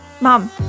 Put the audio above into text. Mom